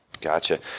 Gotcha